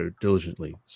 diligently